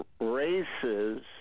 races